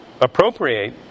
appropriate